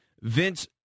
Vince